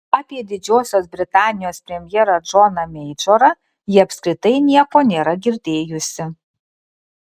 apie didžiosios britanijos premjerą džoną meidžorą ji apskritai nieko nėra girdėjusi